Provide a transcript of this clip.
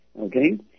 Okay